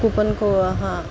coupon को